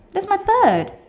that's my third